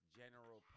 general